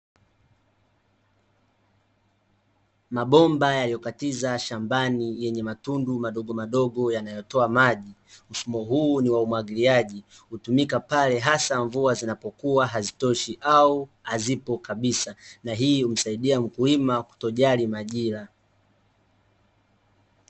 Mabomba yaliyokatiza shambani yenye matundu madogo madogo yanayotoa maji, mfumo huu ni wa umwagiliaji, hutumika pale hasa mvua zinapokuwa hazitoshi au hazipo kabisa. Na hii umsaidie mkuima kutojali majira.